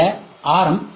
C ஐ விட R